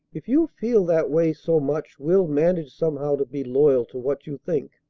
if you feel that way so much, we'll manage somehow to be loyal to what you think.